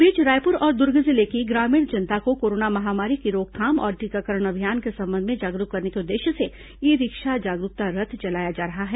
इस बीच रायपुर और दुर्ग जिले की ग्रामीण जनता को कोरोना महामारी की रोकथाम और टीकाकरण अभियान के संबंध में जागरूक करने के उद्देश्य से ई रिक्शा जागरूकता रथ चलाया जा रहा है